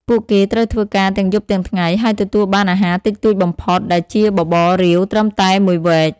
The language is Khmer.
ពួកគេត្រូវធ្វើការទាំងយប់ទាំងថ្ងៃ ហើយទទួលបានអាហារតិចតួចបំផុតដែលជាបបររាវត្រឹមតែ១វែក។